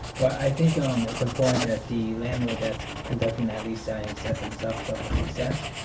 i think um it's important that the landlord that's conducting that lease signings set themselves up for success,